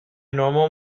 normal